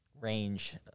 range